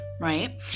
right